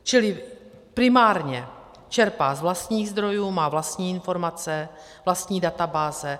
Čili primárně čerpá z vlastních zdrojů, má vlastní informace, vlastní databáze.